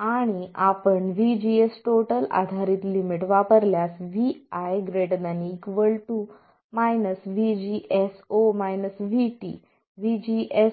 आणि आपण VGS आधारित लिमिट वापरल्यास vi ≥ VGS0 3 V VT 1